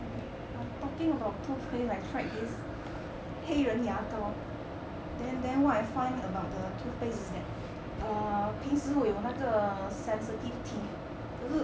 okay talking about toothpaste I tried this 黑人牙膏 and then then what I find about the toothpaste is that err 平时我有那个 sensitive teeth 可是